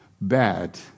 bad